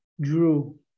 Drew